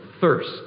thirst